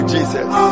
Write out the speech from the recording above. Jesus